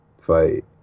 fight